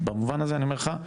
במובן הזה אני אומר לך,